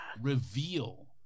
reveal